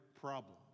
problem